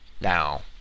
Now